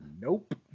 Nope